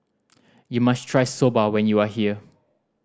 you must try Soba when you are here